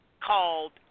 called